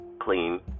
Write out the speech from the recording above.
clean